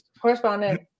correspondent